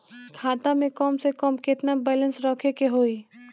खाता में कम से कम केतना बैलेंस रखे के होईं?